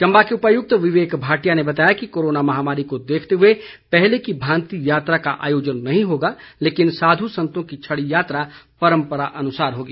चंबा के उपायुक्त विवेक भाटिया ने बताया कि कोरोना महामारी को देखते हुए पहले की भांति यात्रा का आयोजन नहीं होगा लेकिन साध् संतों की छड़ी यात्रा परम्परा अनुसार होगी